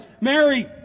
Mary